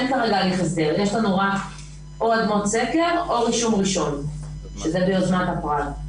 יש לנו או אדמות סקר או רישום ראשון שזה ביוזמת הפרט.